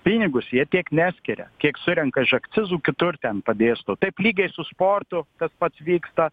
pinigus jie tiek neskiria kiek surenka iš akcizų kitur ten padėsto taip lygiai su sportu tas pats vyksta